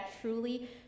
truly